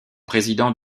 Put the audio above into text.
président